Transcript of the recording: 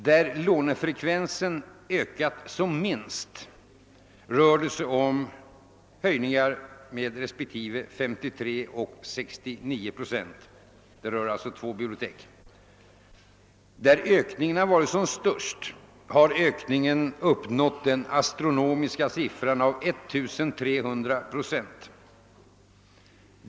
Där lånefrekvensen ökat som minst rör det sig om höjningar med res pektive 53 och 69 procent; det gäller alltså två bibliotek. Där ökningen varit som störst har den uppgått till den astronomiska siffran av 1300 procent.